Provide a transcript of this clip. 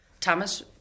Thomas